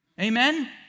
Amen